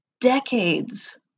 decades